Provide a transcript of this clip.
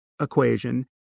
equation